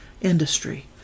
industry